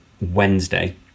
Wednesday